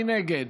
מי נגד?